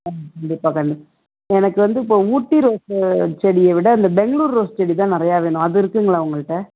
ம் கண்டிப்பாக கண்டிப்பாக எனக்கு வந்து இப்போது ஊட்டி ரோஸ்ஸு செடியை விட அந்த பெங்களூர் ரோஸ் செடிதான் நிறையா வேணும் அது இருக்குங்களா உங்கள்கிட்ட